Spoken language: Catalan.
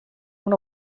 una